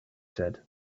said